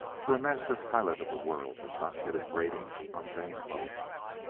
for a mister pilot of the world does not get his rating on vain boasts.